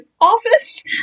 office